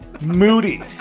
moody